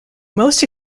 most